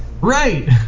Right